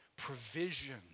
provision